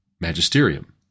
magisterium